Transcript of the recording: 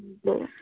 हजुर